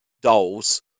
dolls